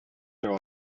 treu